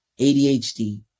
adhd